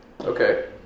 Okay